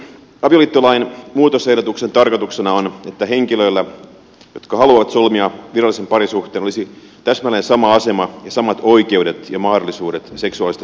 avioliittolain muutosehdotuksen tarkoituksena on että henkilöillä jotka haluavat solmia virallisen parisuhteen olisi täsmälleen sama asema ja samat oikeudet ja mahdollisuudet seksuaalisesta suuntautumisestaan riippumatta